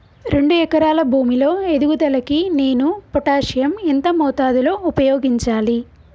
రెండు ఎకరాల భూమి లో ఎదుగుదలకి నేను పొటాషియం ఎంత మోతాదు లో ఉపయోగించాలి?